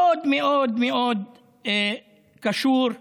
מאוד מאוד מאוד קשור לערבים.